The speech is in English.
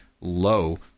low